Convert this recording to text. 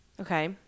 Okay